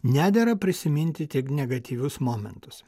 nedera prisiminti tik negatyvius momentus